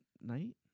night